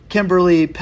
Kimberly